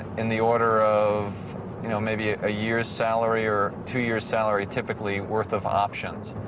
in the order of you know maybe ah a year's salary or two years salary typically, worth of options.